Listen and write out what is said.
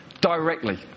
directly